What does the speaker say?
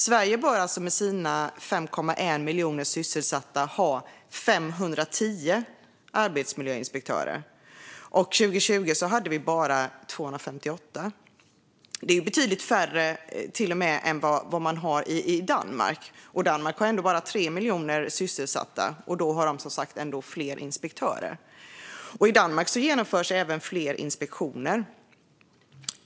Sverige bör alltså med sina 5,1 miljoner sysselsatta ha 510 arbetsmiljöinspektörer, men 2020 hade vi bara 258. Det är betydligt färre inspektörer än i Danmark, och Danmark har ändå bara 3 miljoner sysselsatta. I Danmark genomförs även fler inspektioner.